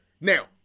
Now